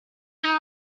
there